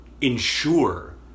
ensure